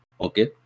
okay